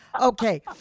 Okay